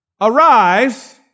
Arise